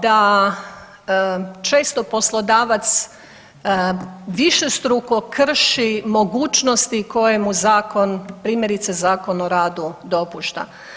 Dakako da često poslodavac višestruko krši mogućnosti koje mu zakon primjerice Zakon o radu dopušta.